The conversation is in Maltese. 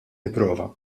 nipprova